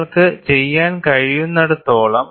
നിങ്ങൾക്ക് ചെയ്യാൻ കഴിയുന്നിടത്തോളം